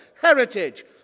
Heritage